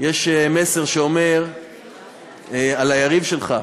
יש מסר שנאמר על היריב שלך: